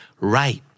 right